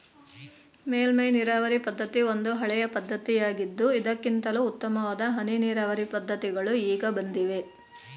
ಮೇಲ್ಮೈ ನೀರಾವರಿ ಪದ್ಧತಿ ಒಂದು ಹಳೆಯ ಪದ್ಧತಿಯಾಗಿದ್ದು ಇದಕ್ಕಿಂತಲೂ ಉತ್ತಮವಾದ ಹನಿ ನೀರಾವರಿ ಪದ್ಧತಿಗಳು ಈಗ ಬಂದಿವೆ